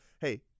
Hey